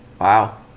Wow